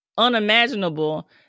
unimaginable